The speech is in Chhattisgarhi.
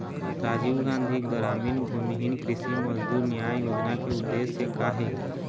राजीव गांधी गरामीन भूमिहीन कृषि मजदूर न्याय योजना के उद्देश्य का हे?